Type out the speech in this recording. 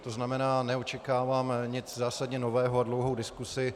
To znamená, neočekávám nic zásadně nového a dlouhou diskusi.